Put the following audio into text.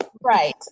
Right